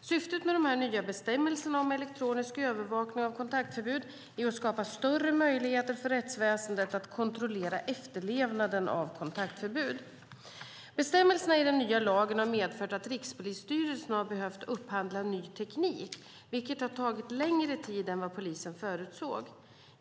Syftet med de nya bestämmelserna om elektronisk övervakning av kontaktförbud är att skapa större möjligheter för rättsväsendet att kontrollera efterlevnaden av kontaktförbud. Bestämmelserna i den nya lagen har medfört att Rikspolisstyrelsen har behövt upphandla ny teknik, vilket har tagit längre tid än vad polisen förutsåg.